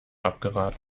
abgeraten